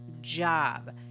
job